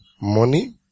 Money